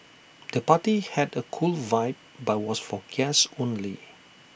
the party had A cool vibe but was for guests only